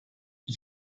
ich